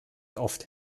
oft